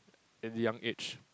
at a young age